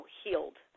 healed